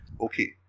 okay